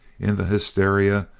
in the hysteria?